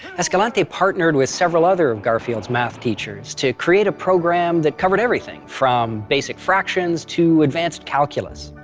escalante partnered with several other of garfield's math teachers to create a program that covered everything from basic fractions to advanced calculus.